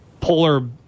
polar